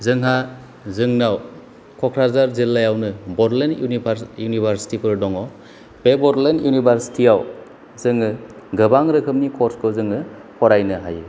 जोंहा जोंनाव क'क्राझार जिल्लायावनो बड'लेण्ड युनिभार्सिटि फोर दङ बे बड'लेण्ड इयुनिभार्सिटि आव जोङो गोबां रोखोमनि कर्स फोर जोङो फरायनो हायो